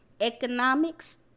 economics